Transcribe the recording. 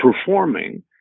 performing